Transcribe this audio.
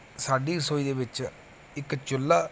ਸਾਡੀ ਰਸੋਈ ਦੇ ਵਿੱਚ ਇੱਕ ਚੁੱਲ੍ਹਾ